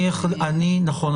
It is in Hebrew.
נכון.